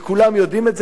וכולם יודעים את זה.